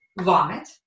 vomit